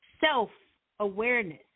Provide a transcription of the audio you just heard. self-awareness